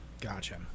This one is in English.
Gotcha